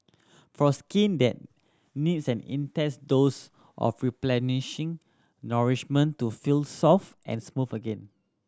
for skin that needs an intense dose of replenishing nourishment to feel soft and smooth again